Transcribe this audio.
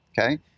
okay